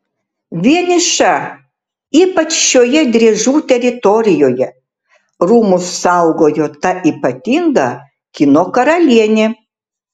vieniša ypač šioje driežų teritorijoje rūmus saugojo ta ypatinga kino karalienė